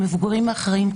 המבוגרים האחראים,